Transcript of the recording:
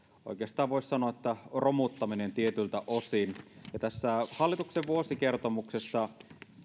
oikeastaan voisi sanoa romuttaminen tietyiltä osin tässä hallituksen vuosikertomuksessa